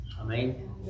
Amen